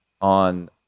on